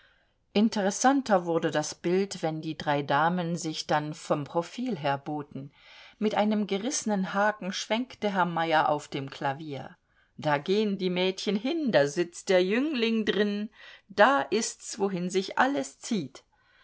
interessanter wurde das bild wenn die drei damen sich dann vorn profil her boten mit einem gerissenen haken schwenkte herr meyer auf dem klavier da geh'n die mädchen hin da sitzt der jüngling drin da ist's wohin sich alles zieht